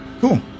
cool